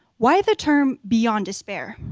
why the term beyond despair?